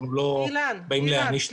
אנחנו לא באים להעניש ציבור --- אילן,